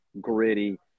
gritty